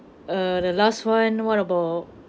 err the last [one] what about